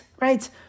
right